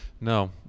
no